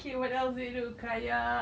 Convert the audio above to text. okay what else did we do kayak